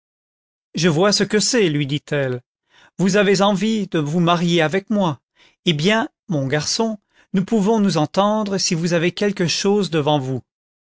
je vois ce que c'est lui dit-elle vous avez envie de vous marier avec moi eh bien mon garçon nous pouvons nous entendre si vous avez quelque chose devant vous